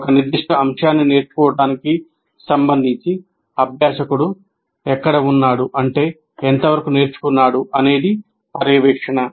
"ఒక నిర్దిష్ట అంశాన్ని నేర్చుకోవటానికి సంబంధించి అభ్యాసకుడు ఎక్కడ ఉన్నాడు అంటే ఎంత వరకు నేర్చుకున్నాడు" అనేది పర్యవేక్షణ